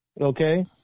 Okay